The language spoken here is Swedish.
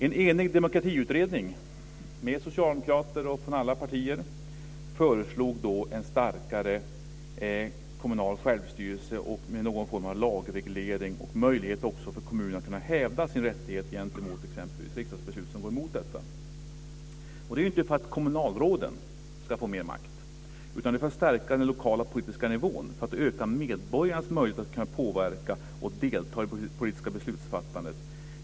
En enig demokratiutredning med representanter från alla partier föreslog en starkare kommunal självstyrelse, någon form av lagreglering och också möjlighet för kommunerna att hävda sin rättighet gentemot exempelvis riksdagsbeslut som går emot den kommunala självstyrelsen. Det är inte för att kommunalråden ska få mer makt utan för att stärka den lokala politiska nivån och öka medborgarnas möjlighet att påverka och delta i det politiska beslutsfattandet.